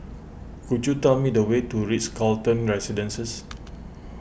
could you tell me the way to Ritz Carlton Residences